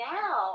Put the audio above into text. now